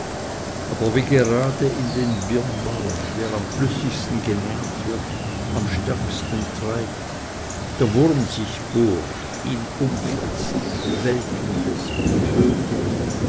aber wie gerade in den birnbaum der am flüssigsten genähret wird am stärksten treibt der wurm sich bohrt ihn umfrißt welken läßt und tötet